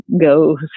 go